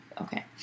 Okay